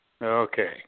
Okay